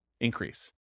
increase